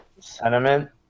sentiment